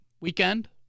weekend